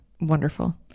wonderful